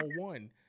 one